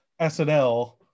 SNL